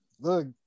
Look